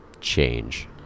change